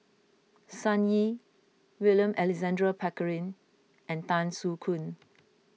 Sun Yee William Alexander Pickering and Tan Soo Khoon